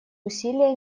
усилия